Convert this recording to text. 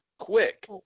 quick